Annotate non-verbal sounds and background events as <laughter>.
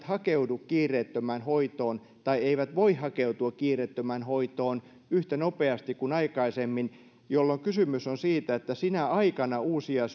<unintelligible> hakeudu kiireettömään hoitoon tai eivät voi hakeutua kiireettömään hoitoon yhtä nopeasti kuin aikaisemmin jolloin kysymys on siitä että sinä aikana uusia <unintelligible>